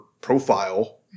profile